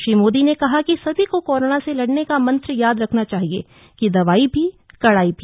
श्री मोदी ने कहा कि सभी को कोरोना से लड़ने का मंत्र याद रखना चाहिए कि दवाई भी कड़ाई भी